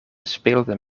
speelden